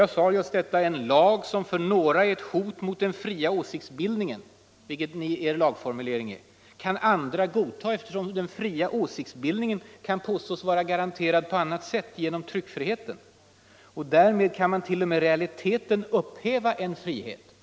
Jag upprepar att en lag som för några är ett hot mot den fria åsiktsbildningen, vilket er lagformulering är, kan andra godta, eftersom ”den fria åsiktsbildningen” kan påstås vara garanterad på annat sätt, genom tryckfriheten. Därmed kan man t.o.m. i realiteten upphäva en frihet.